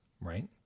right